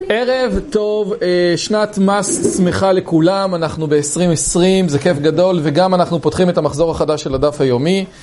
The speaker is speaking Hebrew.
ערב טוב, שנת מס שמחה לכולם, אנחנו ב-2020, זה כיף גדול וגם אנחנו פותחים את המחזור החדש של הדף היומי.